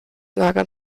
lagern